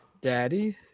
daddy